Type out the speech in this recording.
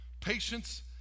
Patience